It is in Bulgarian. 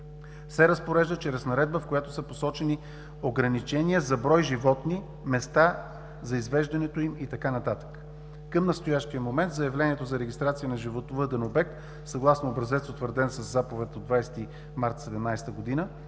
се разпорежда чрез наредба, в която са посочени ограничения за брой животни, места за извеждането им и така нататък. Към настоящия момент заявлението за регистрация на животновъден обект, съгласно образец утвърден със заповед от 20 март 2017 г. на